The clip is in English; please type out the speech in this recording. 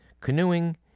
canoeing